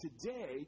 today